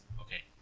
okay